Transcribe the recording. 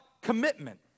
commitment